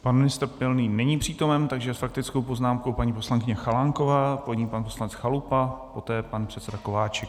Pan ministr Pilný není přítomen, takže s faktickou poznámkou paní poslankyně Chalánková, po ní pan poslanec Chalupa, poté pan předseda Kováčik.